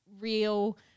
real